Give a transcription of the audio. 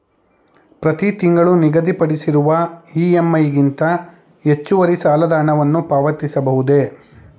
ಪ್ರತಿ ತಿಂಗಳು ನಿಗದಿಪಡಿಸಿರುವ ಇ.ಎಂ.ಐ ಗಿಂತ ಹೆಚ್ಚುವರಿ ಸಾಲದ ಹಣವನ್ನು ಪಾವತಿಸಬಹುದೇ?